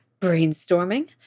brainstorming